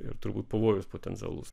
ir turbūt pavojus potencialus